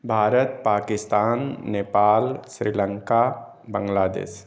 Bharat Pakistan Nepal Sri Lanka Bangladesh